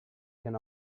can